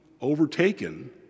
overtaken